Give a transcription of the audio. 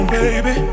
baby